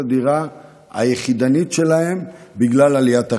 הדירה היחידה שלהם בגלל עליית הריבית.